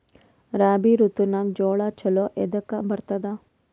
ರಾಬಿ ಋತುನಾಗ್ ಜೋಳ ಚಲೋ ಎದಕ ಬರತದ?